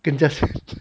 congestion